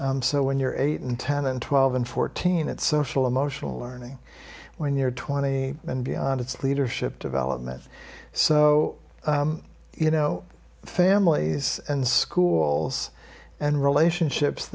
so when you're eight and ten and twelve and fourteen it's social emotional learning when you're twenty and beyond it's leadership development so you know families and schools and relationships